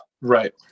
Right